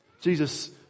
Jesus